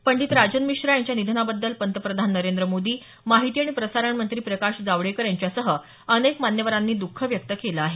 पंडित राजन मिश्रा यांच्या निधनाबद्दल पंतप्रधान नरेंद्र मोदी माहिती आणि प्रसारणमंत्री प्रकाश जावडेकर यांच्यासह अनेक मान्यवरांनी द्ख व्यक्त केलं आहे